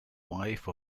wife